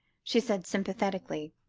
she said sympathetically.